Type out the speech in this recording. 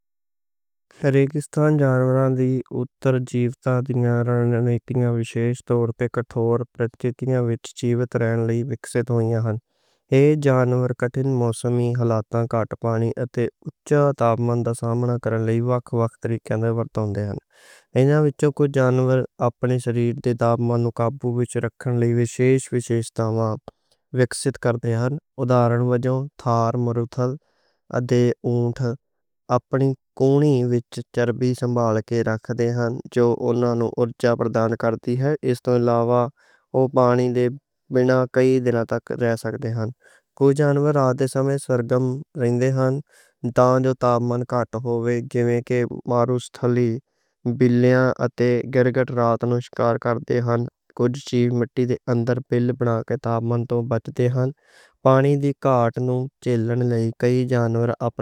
ریگستانی جانوراں دیاں بقا رنّیتیاں وِچ وِشیش وِشیشٹائیں ہُندیاں نیں جو کٹھور پرستھتیاں وِچ جیون نوں سنبھال دیاں نیں۔ ایہہ رنّیتیاں پانی دی قِلّت، اوچے تابمان اتے دن-رات دے وڈّے پھیرے نال نِبھّن لئی بنیاں ہُندیاں نیں۔ کئی جانور شاریریک اتے ویوہارک انوکولن کر کے اپنے جسم دا تابمان سَنتُلن وِچ رکھدے نیں۔ ادھارن وجوں کُجھ پرجاتیاں چر بی سنبھال کے اُرجا لئی ورتدیاں نیں اتے پانی دی لوڑ گھٹاؤندیاں نیں۔ کُجھ جانور رات نوں سرگرم رہندے نیں اتے دن وِچ مِٹّی دے بِلّاں وِچ لُک کے تابمان توں بچّ دے نیں۔ پانی دی بچّت لئی کُجھ جانور پسینہ گھٹاؤندے نیں، گَھاڑھا پیشاب کڈھدے نیں اتے شَریرک گتیوِدھیاں نوں اسی طرح سمجوتا کر کے پانی دی کھپت گھٹ رکھدے نیں۔